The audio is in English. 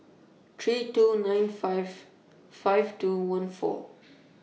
three two nine five five two four one